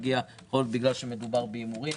אולי כי מדובר בהימורים.